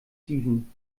steven